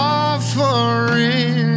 offering